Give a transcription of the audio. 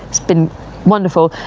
it's been wonderful.